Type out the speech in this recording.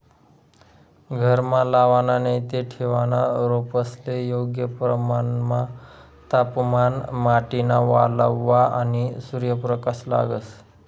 घरमा लावाना नैते ठेवना रोपेस्ले योग्य प्रमाणमा तापमान, माटीना वल्लावा, आणि सूर्यप्रकाश लागस